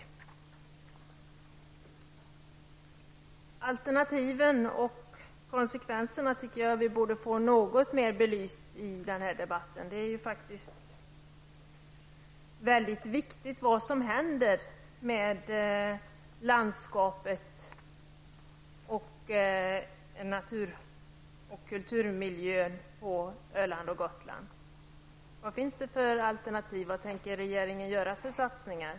Jag tycker att vi borde få alternativen och konsekvenserna något mer belysta i denna debatt. Vad som händer med landskapets natur och kulturmiljö på Öland och Gotland är faktiskt mycket viktigt. Vilka alternativ finns? Vilka satsningar tänker regeringen göra?